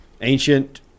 Ancient